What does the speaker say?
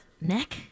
neck